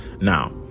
Now